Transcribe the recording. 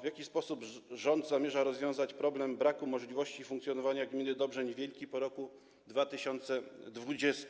W jaki sposób rząd zamierza rozwiązać problem braku możliwości funkcjonowania gminy Dobrzeń Wielki po roku 2020?